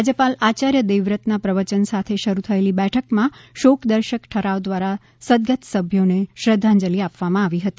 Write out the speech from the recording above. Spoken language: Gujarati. રાજયપાલ આયાર્ય દેવ વ્રત ના પ્રવચન સાથે શરૂ થયેલી બેઠકમાં શોકદર્શક ઠરાવ દ્વારા સદગત સભ્યોને શ્રધ્ધાંજલિ આપવામાં આવી હતી